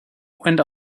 went